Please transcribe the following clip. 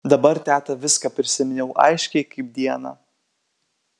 dabar teta viską prisiminiau aiškiai kaip dieną